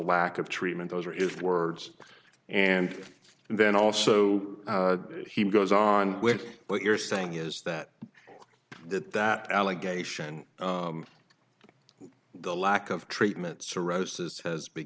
lack of treatment those are his words and then also he goes on with what you're saying is that that that allegation the lack of treatment cirrhosis has be